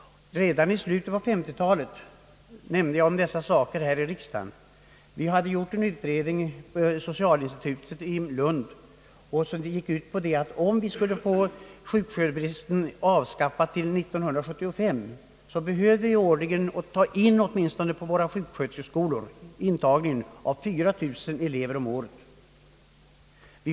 Redan i slutet av 1950-talet nämnde jag om dessa saker här i riksdagen. På Socialinstitutet i Lund hade vi då gjort en utredning som resulterade i att vi, om sjuksköterskebristen skulle kunna avskaffas till år 1975, årligen på våra sjuksköterskeskolor i landet behövde ta in åtminstone 4 000 elever. Så har ej skett. Intagningen har emellertid ökats.